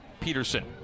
Peterson